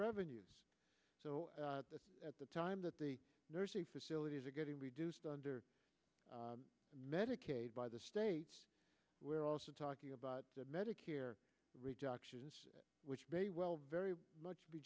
revenues so at the time that the nursing facilities are getting reduced under medicaid by the state we're also talking about medicare reductions which may well very much be